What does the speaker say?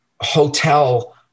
hotel